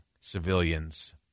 civilians